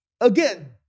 again